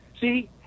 see